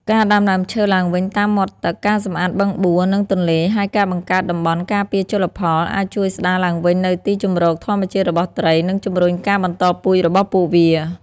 ការដាំដើមឈើឡើងវិញតាមមាត់ទឹក ការសម្អាតបឹងបួ និងទន្លេ ហើយការបង្កើតតំបន់ការពារជលផល អាចជួយស្ដារឡើងវិញនូវទីជម្រកធម្មជាតិរបស់ត្រី និងជំរុញការបន្តពូជរបស់ពួកវា។